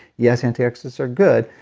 yes antioxidants are good,